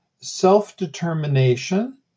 self-determination